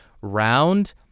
round